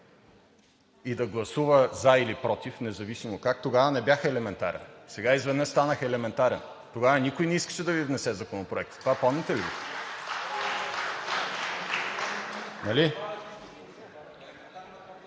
и да гласува за или против, независимо как, тогава не бях елементарен? Сега изведнъж станах елементарен! Тогава никой не искаше да Ви внесе Законопроекта, това помните ли